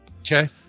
Okay